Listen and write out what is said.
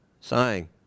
sighing